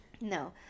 No